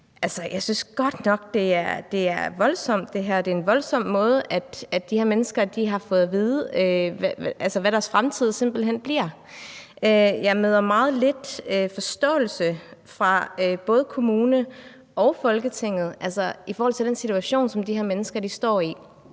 jeg synes godt nok, det her er voldsomt. Det er en voldsom måde, de her mennesker har fået at vide, hvad deres fremtid simpelt hen bliver, på. Jeg møder meget lidt forståelse fra både kommune og Folketing i forhold til den situation, som de her mennesker står i.